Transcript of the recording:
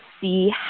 see